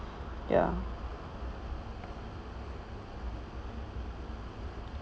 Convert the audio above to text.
ya